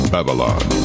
Babylon